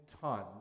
tons